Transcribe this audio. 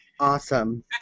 Awesome